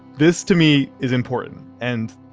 this, to me, is important. and.